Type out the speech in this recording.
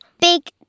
big